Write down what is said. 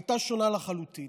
הייתה שונה לחלוטין.